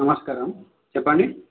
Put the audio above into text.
నమస్కారం చెప్పండి